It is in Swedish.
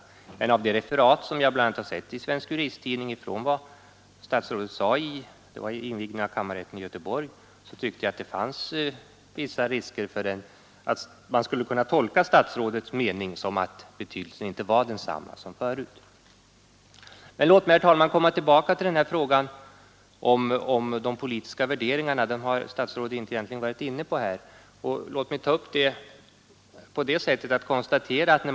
Men att döma av de referat som jag sett bl.a. i Svensk Juristtidning av vad statsrådet sade vid invigningen av kammarrätten i Göteborg menar jag, att det finns vissa risker för att statsrådets mening kan tolkas så att innebörden av självständighetsprincipen numera inte är densamma som förut. Men låt mig, herr talman, komma tillbaka till frågan om de politiska värderingarna, som statsrådet egentligen inte gått in på i denna debatt men som interpellationen berör.